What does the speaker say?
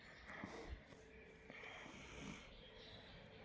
मधुमक्खियां, भौंरा लार्वा रेशम का उत्पादन मोम कोशिकाओं को मजबूत करने के लिए करते हैं